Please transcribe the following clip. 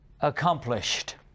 accomplished